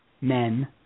men